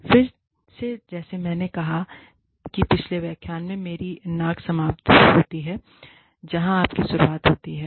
फिर से जैसे मैंने कहा कि पिछले व्याख्यान में मेरी नाक समाप्त होती है जहां आपकी शुरुआत होती है